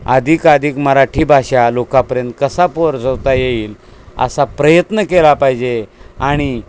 अधिकाधिक मराठी भाषा लोकापर्यंत कसा पोचवता येईल असा प्रयत्न केला पाहिजे आणि